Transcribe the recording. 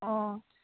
अ